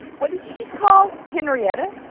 what did you just call henrietta?